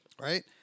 right